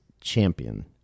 champion